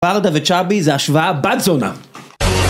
פרדה וצ'אבי זה השוואה בת זונה